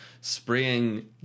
spraying